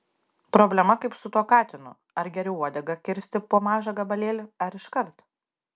problema kaip su tuo katinu ar geriau uodegą kirsti po mažą gabalėlį ar iškart